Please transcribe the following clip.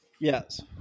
Yes